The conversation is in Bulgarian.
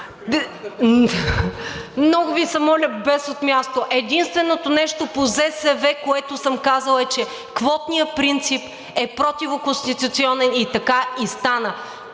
Много Ви моля, без от място. Единственото нещо по ЗСВ, което съм казала, е, че квотният принцип е противоконституционен и така и стана.